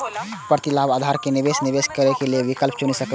प्रतिलाभक आधार पर निवेशक निवेश करै के विकल्प चुनि सकैए